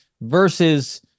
versus